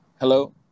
Hello